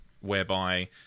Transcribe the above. whereby